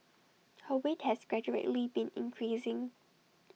her weight has gradually been increasing